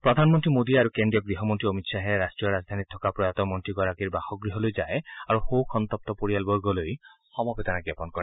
প্ৰধানমন্ত্ৰী মোদী আৰু কেজ্ৰীয় গৃহমন্ত্ৰী অমিত শ্বাহে ৰাষ্ট্ৰীয় ৰাজধানীত থকা প্ৰয়াত মন্ত্ৰীগৰাকীৰ বাসগৃহলৈ যায় আৰু শোক সন্তপ্ত পৰিয়ালবৰ্গলৈ সমবেদনা জ্ঞাপন কৰে